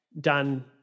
done